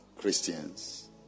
Christians